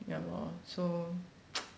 ya lor so